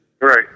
Right